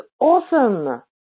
awesome